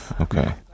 Okay